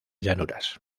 llanuras